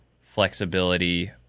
flexibility